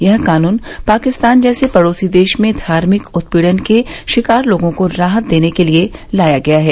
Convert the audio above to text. यह कानून पाकिस्तान जैसे पड़ोसी देश में धार्मिक उत्पीड़न के शिकार लोगों को राहत देने के लिए लाया गया है